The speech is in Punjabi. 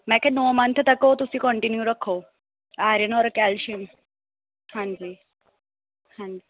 ਮੈਂ ਕਿਹਾ ਨੌ ਮੰਥ ਤੱਕ ਉਹ ਤੁਸੀਂ ਕੰਟੀਨਿਊ ਰੱਖੋ ਆਇਰਨ ਔਰ ਕੈਲਸ਼ੀਅਮ ਹਾਂਜੀ ਹਾਂਜੀ